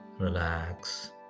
Relax